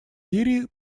сирии